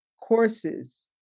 courses